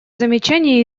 замечания